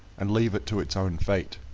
and leave it to its own fate.